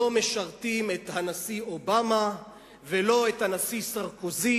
לא משרתים את הנשיא אובמה ולא את הנשיא סרקוזי